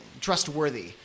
trustworthy